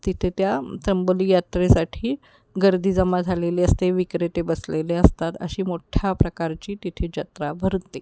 तिथे त्या त्र्यंबोली यात्रेसाठी गर्दी जमा झालेली असते विक्रेते बसलेले असतात अशी मोठ्ठ्या प्रकारची तिथे जत्रा भरते